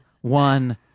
one